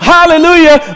Hallelujah